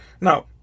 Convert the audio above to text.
Now